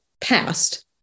past